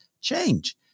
change